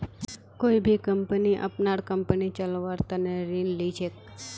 कोई भी कम्पनी अपनार कम्पनी चलव्वार तने ऋण ली छेक